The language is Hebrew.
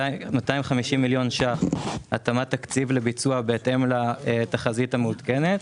250 מיליון ₪ התאמת תקציב לביצוע בהתאם לתחזית המעודכנת,